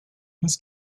his